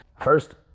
first